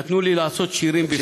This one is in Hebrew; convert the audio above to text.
נתנו לי לעשות שירים בכתב".